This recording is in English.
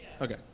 Okay